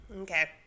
Okay